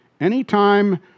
Anytime